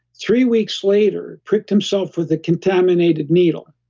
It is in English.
three weeks later, pricked himself with a contaminated needle.